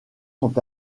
sont